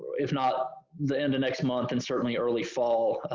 if not, the end of next month, and certainly early fall,